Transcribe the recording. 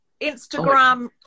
Instagram